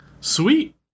Sweet